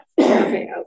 okay